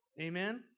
Amen